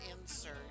insert